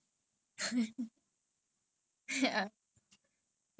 that is so fat பாவம்:paavam